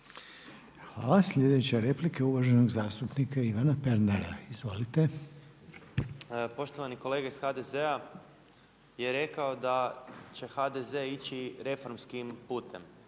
Hvala. Slijedeća replika je uvaženog zastupnika Ivana Pernara. Izvolite. **Pernar, Ivan (Abeceda)** Poštovani kolega iz HDZ-a je rekao da će HDZ ići reformskim putem